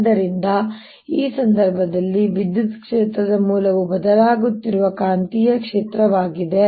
ಆದ್ದರಿಂದ ಈ ಸಂದರ್ಭದಲ್ಲಿ ವಿದ್ಯುತ್ ಕ್ಷೇತ್ರದ ಮೂಲವು ಬದಲಾಗುತ್ತಿರುವ ಕಾಂತೀಯ ಕ್ಷೇತ್ರವಾಗಿದೆ